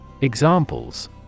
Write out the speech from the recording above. Examples